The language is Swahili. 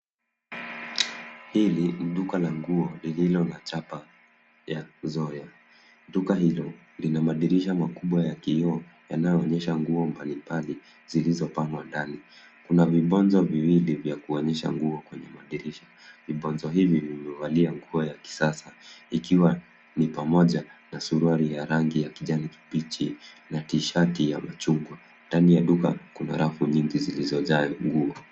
Hili ni duka la nguo lililo na chapa ya Zoya, duka hilo lina madirisha makubwa ya kioo yanayoonyesha nguo mbalimbali zilizopangwa ndani, kuna vibonzo viwili vya kuonyesha nguo kwenye madirisha, vibonzo hivi vimevalia nguo ya kisasa ikiwa ni pamoja na suruali ya rangi ya kijani kibichi na t shati ya machungwa, ndani ya duka kuna rafu nyingi zilizojaa nguo.